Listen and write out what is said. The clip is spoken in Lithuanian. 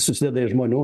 susideda iš žmonių